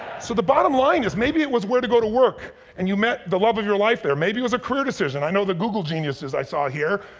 so the bottom line is maybe it was where to go to work and you met the love of your life there. maybe it was a career decision. i know the google geniuses i saw here.